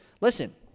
Listen